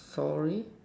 sorry